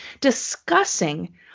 discussing